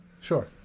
Sure